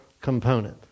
component